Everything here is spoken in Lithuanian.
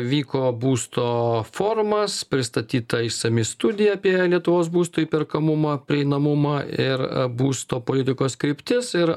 vyko būsto forumas pristatyta išsami studija apie lietuvos būsto įperkamumą prieinamumą ir būsto politikos kryptis ir